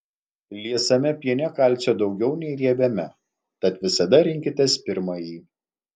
liesame piene kalcio daugiau nei riebiame tad visada rinkitės pirmąjį